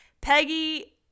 Peggy